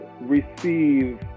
receive